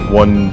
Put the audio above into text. one